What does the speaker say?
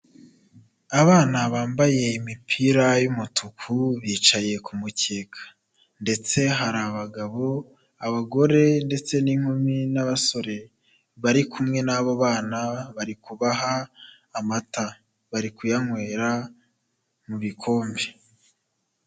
Abana bambaye imipira y'umutuku bicaye ku mukeka. Ndetse hari abagabo ,abagore ndetse n'inkumi n'abasore. Bari kumwe n'abo bana barikubaha amata, bari kuyanywera mu bikombe.